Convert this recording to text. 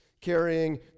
carrying